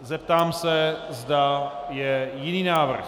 Zeptám se, zda je jiný návrh.